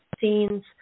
scenes